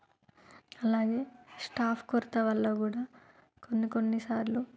అలాగే స్టాఫ్ కొరత వల్ల కూడా కొన్ని కొన్ని సార్లు